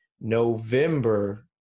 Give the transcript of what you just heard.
November